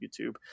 YouTube